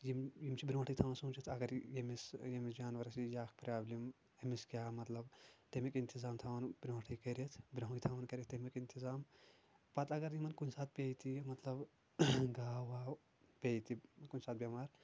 یِم یِم چھِ برۄنٛٹھٕے تھاوان سونٛچِتھ اَگر ییٚمِس ییٚمِس جانوارَس یہِ یہِ اکھ پرابلِم اَمِس کیٚاہ مطلب تَمیُک اِنتظام تھاوان بروٚنٛٹھے کٔرِتھ برونٛہے تھاوان کٔرِتھ تَمیُک اِنتظام پَتہٕ اَگر یِمن کُنہِ ساتہٕ پییہِ تہِ یہِ مطلب گاو واو پیٚیہِ تہِ کُنہِ ساتہٕ بیٚمار